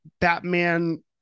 Batman